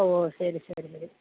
ഓ ശരി ശരി ശരി